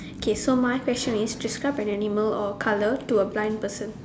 okay so my question is describe an animal or colour to a blind person